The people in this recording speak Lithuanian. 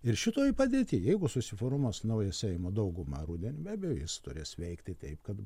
ir šitoj padėty jeigu susiformuos nauja seimo dauguma rudenį be abejo jis turės veikti taip kad